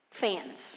fans